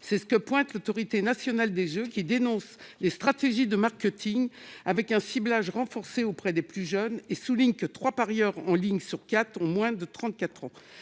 C'est ce que pointe l'Autorité nationale des jeux, qui dénonce les stratégies de marketing, avec un ciblage renforcé auprès des plus jeunes, et souligne que trois parieurs en ligne sur quatre ont moins de 34 ans.